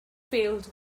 failed